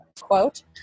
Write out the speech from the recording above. quote